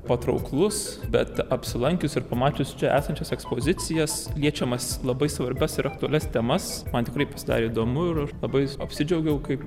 patrauklus bet apsilankius ir pamačius čia esančias ekspozicijas liečiamas labai svarbias ir aktualias temas man tikrai pasidarė įdomu ir aš labai apsidžiaugiau kaip galėjau ateiti čia dirbti